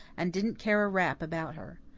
and didn't care a rap about her.